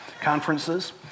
conferences